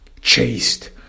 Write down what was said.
chased